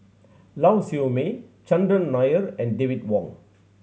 Lau Siew Mei Chandran Nair and David Wong